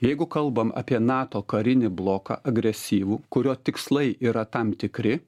jeigu kalbam apie nato karinį bloką agresyvų kurio tikslai yra tam tikri